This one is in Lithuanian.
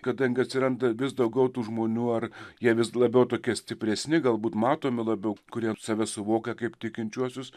kadangi atsiranda vis daugiau tų žmonių ar jie vis labiau tokie stipresni galbūt matomi labiau kurie save suvokia kaip tikinčiuosius